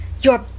Your